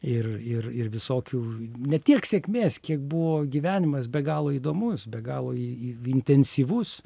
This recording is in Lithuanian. ir ir ir visokių ne tiek sėkmės kiek buvo gyvenimas be galo įdomus be galo į intensyvus